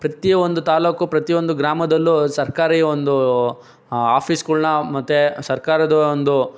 ಪ್ರತಿಯೊಂದು ತಾಲೂಕು ಪ್ರತಿಯೊಂದು ಗ್ರಾಮದಲ್ಲೂ ಸರ್ಕಾರಿ ಒಂದು ಆಫೀಸ್ಗಳ್ನ ಮತ್ತು ಸರ್ಕಾರದ ಒಂದು